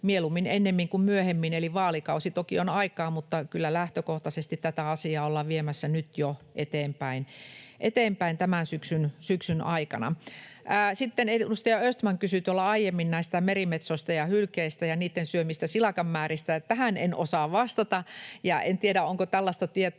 mieluummin ennemmin kuin myöhemmin, eli vaalikausi toki on aikaa, mutta kyllä lähtökohtaisesti tätä asiaa ollaan viemässä eteenpäin nyt jo tämän syksyn aikana. Sitten edustaja Östman kysyi aiemmin näistä merimetsoista ja hylkeistä ja niitten syömistä silakan määristä. Tähän en osaa vastata ja en tiedä, onko tällaista tietoa